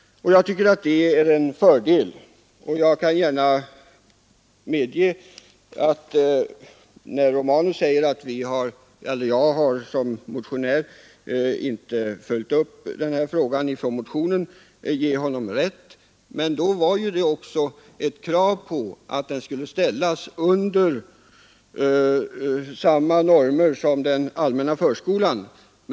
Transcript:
Jag tycker att det är en fördel. Herr Romanus säger att jag som motionär inte har följt upp den här frågan från motionen. Det är riktigt. Men då var kravet att den alternativa förskolan skulle ordnas efter samma normer som den allmänna förskolan.